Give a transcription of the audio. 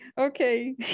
okay